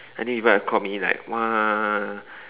I knew people have called me like !wah!